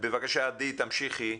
בבקשה, עדי, תמשיכי.